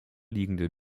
liegende